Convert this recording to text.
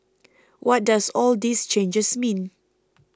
what does all these changes mean